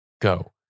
go